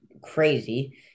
crazy